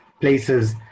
places